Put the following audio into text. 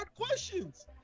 questions